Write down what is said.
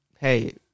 hey